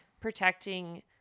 protecting